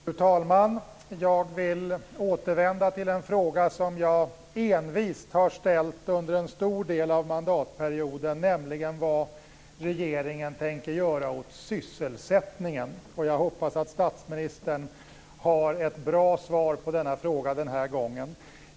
Fru talman! Jag vill återvända till en fråga som jag envist har ställt under en stor del av mandatperioden, nämligen vad regeringen tänker göra åt sysselsättningen. Jag hoppas att statsministern har ett bra svar på denna fråga den här gången.